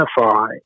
identify